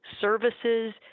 services